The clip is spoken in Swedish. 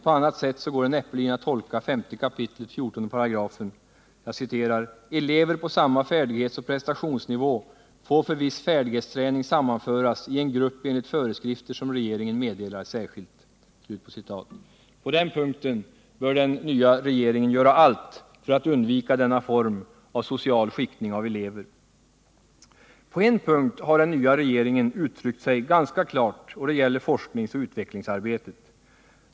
På annat sätt går det näppeligen att tolka 5 kap. 148: ”Elever på samma färdighetsoch prestationsnivå får för viss färdighetsträning sammanföras i en grupp enligt föreskrifter som regeringen meddelar särskilt.” På den punkten bör den nya regeringen göra allt för att undvika denna form av social skiktning av elever. På en punkt har den nya regeringen uttryckt sig ganska klart, och det gäller forskningsoch utvecklingsarbetet.